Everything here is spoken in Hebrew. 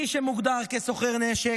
מי שמוגדר סוחר נשק,